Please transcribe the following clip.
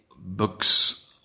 books